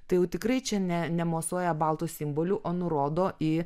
tai jau tikrai čia ne nemosuoja baltų simbolių o nurodo į